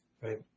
Right